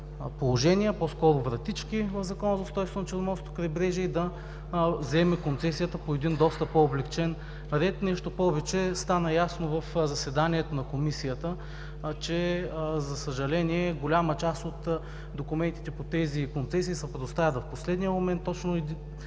по-скоро вратички в Закона за устройство на Черноморското крайбрежие, и да вземе концесията по един доста по-облекчен ред. Нещо повече, стана ясно в заседанието на Комисията, че за съжаление голяма част от документите по тези концесии са предоставят в последния момент, точно